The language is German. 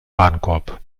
warenkorb